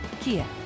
Kia